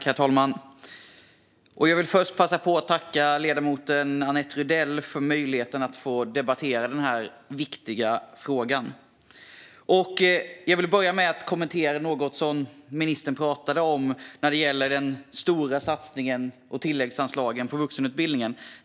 Herr talman! Jag vill först passa på att tacka ledamoten Annette Rydell för möjligheten att debattera denna viktiga fråga. Jag vill kommentera något som ministern pratade om gällande den stora satsningen på vuxenutbildningen med tilläggsanslag.